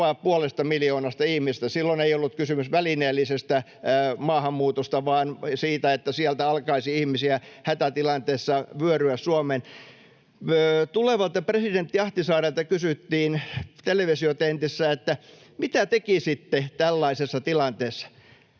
puolesta miljoonasta ihmisestä, silloin ei ollut kysymys välineellisestä maahanmuutosta vaan siitä, että sieltä alkaisi ihmisiä hätätilanteessa vyöryä Suomeen — tulevalta presidentti Ahtisaarelta kysyttiin televisiotentissä, mitä tekisitte tällaisessa tilanteessa.